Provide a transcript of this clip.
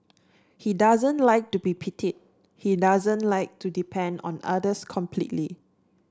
he doesn't like to be pitied he doesn't like to depend on others completely